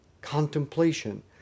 contemplation